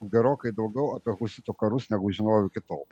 gerokai daugiau apie husitų karus negu žinojau iki tol